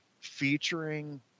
featuring